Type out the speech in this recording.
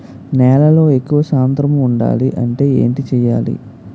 నేలలో ఎక్కువ సాంద్రము వుండాలి అంటే ఏంటి చేయాలి?